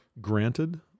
Granted